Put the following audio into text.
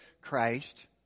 Christ